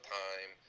time